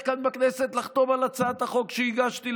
כאן בכנסת לחתום על הצעת החוק שהגשתי,